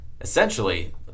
essentially